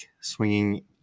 swinging